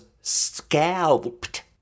scalped